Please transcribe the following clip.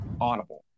Audible